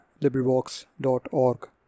LibriVox.org